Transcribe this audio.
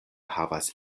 havas